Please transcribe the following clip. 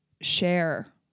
share